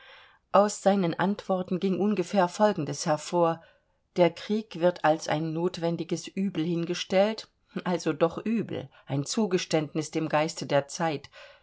aus seinen antworten ging ungefähr folgendes hervor der krieg wird als ein notwendiges übel hingestellt also doch übel ein zugeständnis dem geiste der zeit